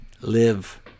live